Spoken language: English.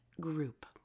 group